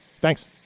Thanks